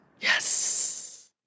Yes